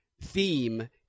theme